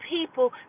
people